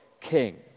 king